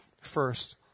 first